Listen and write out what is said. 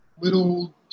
little